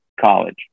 college